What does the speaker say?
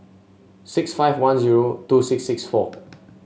six five one zero two six six four